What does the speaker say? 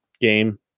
game